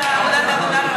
לוועדת העבודה,